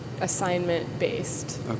assignment-based